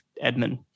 Edmund